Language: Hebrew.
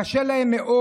קשה להם מאוד